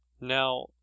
Now